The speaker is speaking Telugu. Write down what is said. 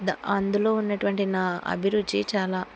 ద అందులో ఉన్నటువంటి నా అభిరుచి చాలా